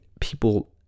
people